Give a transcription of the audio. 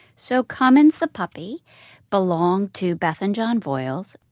so commins the puppy belonged to beth and john voyles.